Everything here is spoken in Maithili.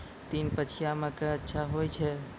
तीन पछिया मकई अच्छा होय छै?